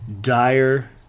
dire